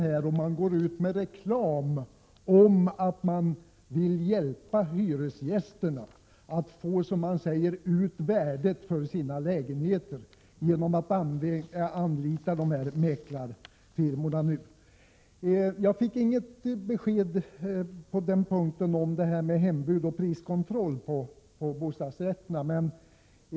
Mäklarfirmor går ut med reklam om att de vill hjälpa hyresgästerna att, som de säger, få ut värdet på sina lägenheter. Jag fick inget besked när det gäller hembud och priskontroll på bostadsrätterna.